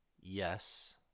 yes